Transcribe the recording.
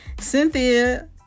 Cynthia